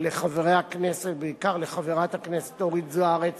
לחברי הכנסת, בעיקר לחברת הכנסת אורית זוארץ